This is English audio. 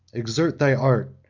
exert thy art,